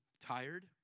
tired